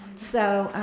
so,